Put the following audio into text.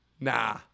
Nah